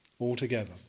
altogether